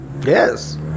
Yes